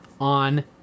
on